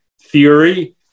theory